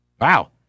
Wow